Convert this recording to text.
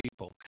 people